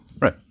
Right